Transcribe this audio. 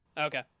Okay